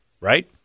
right